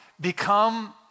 become